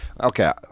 okay